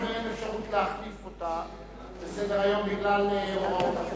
ואין אפשרות להחליף אותה בסדר-היום בגלל הוראות החוק.